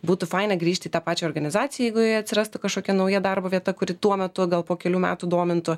būtų faina grįžt į tą pačią organizaciją jeigu joje atsirastų kažkokia nauja darbo vieta kuri tuo metu gal po kelių metų domintų